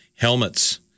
Helmets